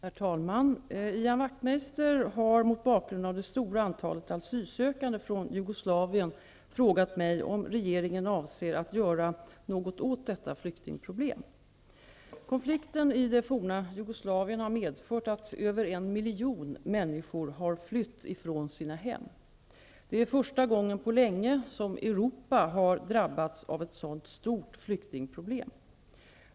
Herr talman! Ian Wachtmeister har mot bakgrund av det stora antalet asylsökande från Jugoslavien frågat mig om regeringen avser att göra något åt detta flyktingproblem. Konflikten i det forna Jugoslavien har medfört att över en miljon människor har fått fly ifrån sina hem. Det är första gången på länge som Europa har drabbats av ett så stort flyktingproblem.